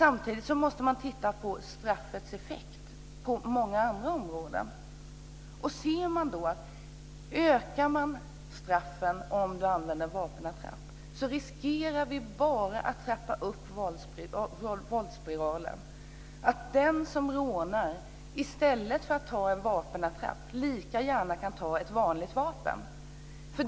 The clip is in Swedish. Samtidigt måste man titta på straffets effekt på andra områden. Ökar vi straffen när man använder vapenattrapp riskerar vi att bara trappa upp våldsspiralen, att den som rånar i stället för att ha en vapenattrapp lika gärna kan ta ett vanligt vapen.